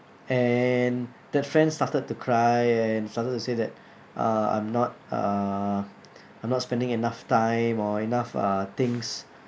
and that friend started to cry and started to say that uh I'm not uh I'm not spending enough time or enough uh things